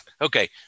okay